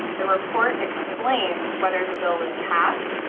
the report explains whether the bill was passed,